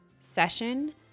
session